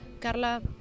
carla